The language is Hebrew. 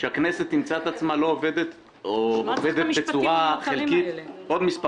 שהכנסת תמצא את עצמה עובדת בצורה חלקית עוד מספר